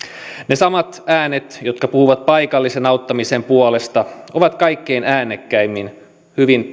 ne samat äänet jotka puhuvat paikallisen auttamisen puolesta ovat kaikkein äänekkäimmin hyvin